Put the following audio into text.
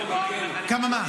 כמה מה?